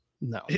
No